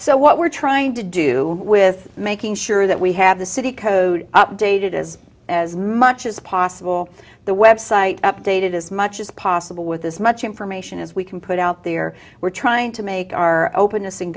so what we're trying to do with making sure that we have the city code updated as as much as possible the website updated as much as possible with as much information as we can put out there we're trying to make our openness